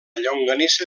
llonganissa